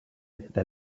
that